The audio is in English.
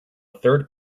third